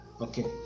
Okay